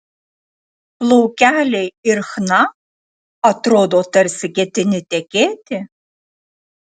plaukeliai ir chna atrodo tarsi ketini tekėti